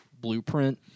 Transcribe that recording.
blueprint